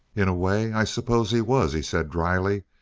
in a way, i suppose he was, he said dryly.